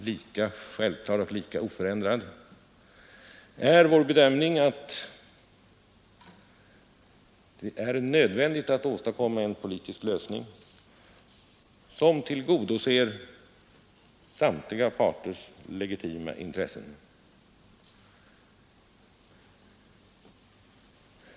Lika självklar och lika oförändrad är vår bedömning att det är nödvändigt att åstadkomma en politisk lösning som tillgodoser samtliga parters legitima intressen.